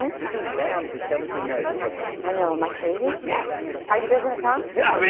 um you're doing bam for seventeen nights in brooklyn. i know. am i crazy? yes. are you guys gonna come? yeah